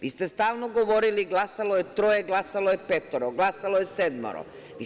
Vi ste stalno govorili – glasalo je troje, glasalo je petoro, glasalo je sedmoro.